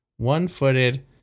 One-footed